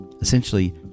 essentially